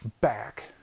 back